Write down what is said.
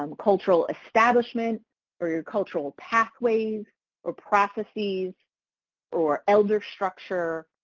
um cultural establishment or your cultural pathways or processes or elder structure.